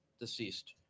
deceased